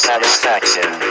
Satisfaction